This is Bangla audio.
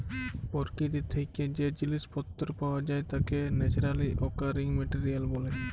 পরকিতি থ্যাকে যে জিলিস পত্তর পাওয়া যায় তাকে ন্যাচারালি অকারিং মেটেরিয়াল ব্যলে